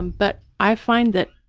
but i find that,